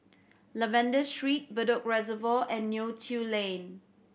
Lavender Street Bedok Reservoir and Neo Tiew Lane